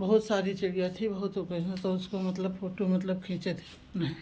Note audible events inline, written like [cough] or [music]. बहुत सारी चिड़िया थी बहुत [unintelligible] तो उसको मतलब फ़ोटू मतलब खींचे थे जो है